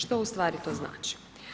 Što u stvari to znači?